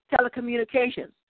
telecommunications